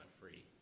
free